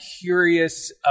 curious